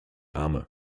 arme